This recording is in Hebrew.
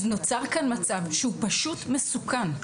אז נוצר כאן מצב שהוא פשוט מסוכן,